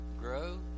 grow